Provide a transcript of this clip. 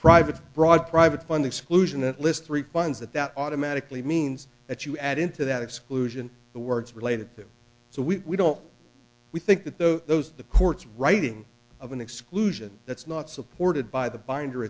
private broad private funding seclusion that list three finds that that automatically means that you add into that exclusion the words related so we don't we think that the those the courts writing of an exclusion that's not supported by the binder